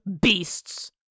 beasts